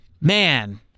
man